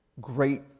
great